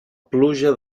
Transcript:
pluja